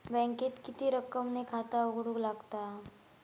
बँकेत किती रक्कम ने खाता उघडूक लागता?